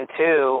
two